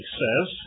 says